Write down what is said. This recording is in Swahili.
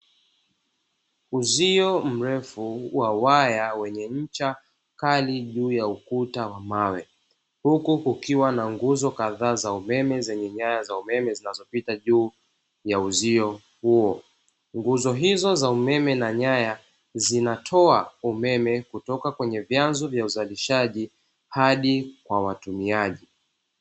Uzio mrefu wa waya wenye ncha kali juu ya ukuta wa mawe, huku kukiwa na nguzo kadhaa za umeme zenye nyaya za umeme zinazopita juu ya uzio huo, nguzo hizo za umeme na nyaya zinatoa umeme kutoka kwenye vyanzo vya uzalishaji hadi kwa watumiaji.